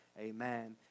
amen